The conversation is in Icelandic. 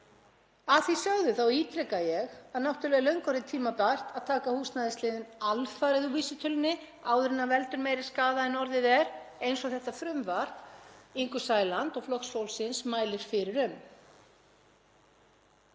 Að því sögðu ítreka ég að náttúrlega er löngu orðið tímabært að taka húsnæðisliðinn alfarið úr vísitölunni áður en hann veldur meiri skaða en orðið er, eins og þetta frumvarp Ingu Sæland og Flokks fólksins mælir fyrir um.